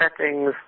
settings